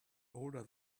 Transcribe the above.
older